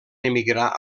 emigrar